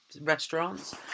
restaurants